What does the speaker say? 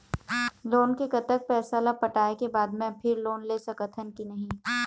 Loan के कतक पैसा ला पटाए के बाद मैं फिर लोन ले सकथन कि नहीं?